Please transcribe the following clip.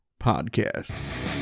podcast